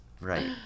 Right